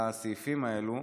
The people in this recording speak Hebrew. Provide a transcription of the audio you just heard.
הסעיפים האלה,